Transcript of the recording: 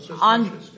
On